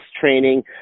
training